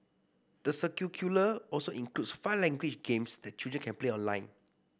the curricula also includes five language games that children can play online